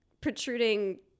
protruding